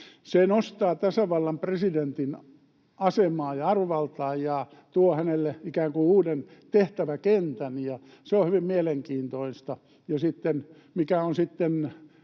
Se nostaa tasavallan presidentin asemaa ja arvovaltaa ja tuo hänelle ikään kuin uuden tehtäväkentän, ja se on hyvin mielenkiintoista.